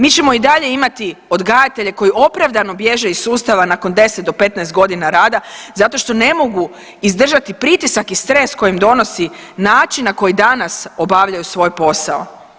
Mi ćemo i dalje imati odgajatelje koji opravdano bježe iz sustava nakon 10 do 15.g. rada zato što ne mogu izdržati pritisak i stres koji im donosi način na koji danas obavljaju svoj posao.